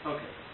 Okay